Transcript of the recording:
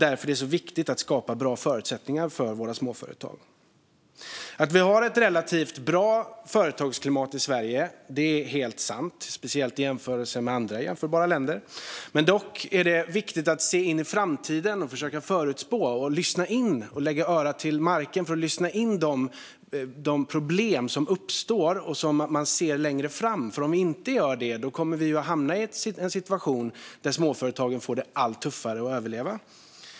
Därför är det viktigt att skapa bra förutsättningar för våra småföretag. Att vi har ett relativt bra företagsklimat i Sverige är helt sant, speciellt i jämförelse med andra jämförbara länder. Det är dock viktigt att försöka se in i framtiden, försöka förutspå och lägga örat mot marken för att lyssna in de problem som uppstår och se framåt. Om vi inte gör det kommer vi att hamna i en situation där småföretagen får det allt tuffare att överleva.